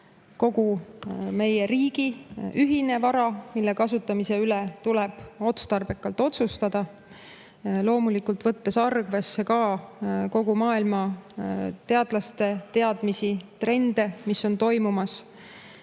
kogu meie riigi ühine vara, mille kasutamise üle tuleb otsustada, võttes loomulikult arvesse ka kogu maailma teadlaste teadmisi ning trende, mis on toimumas.